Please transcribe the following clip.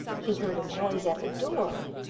he heard a noise at the door,